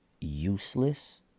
useless